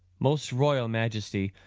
most royal majesty,